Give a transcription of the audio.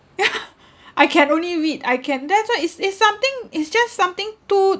yeah I can only read I can that's why is is something is just something too